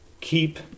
Keep